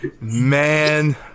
man